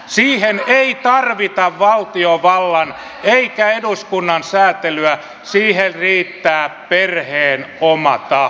siihen ei tarvita valtiovallan eikä eduskunnan säätelyä siihen riittää perheen oma tahto